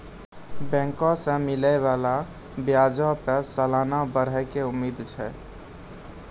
बैंको से मिलै बाला ब्याजो पे सलाना बढ़ै के उम्मीद छै